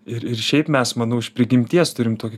ir ir šiaip mes manau iš prigimties turim tokį